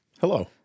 Hello